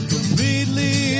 Completely